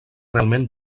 realment